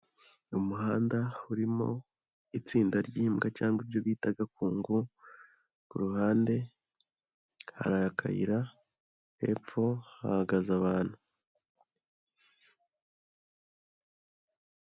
Ni umuhanda urimo itsinda ry'imbwa cyangwa ibyo bita agakungu, ku ruhande hari akayira hepfo hahagaze abantu.